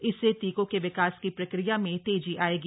इससे टीकों के विकास की प्रक्रिया में तेजी आयेगी